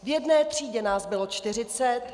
V jedné třídě nás bylo 40!